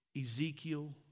Ezekiel